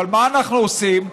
אבל מה אנחנו עושים?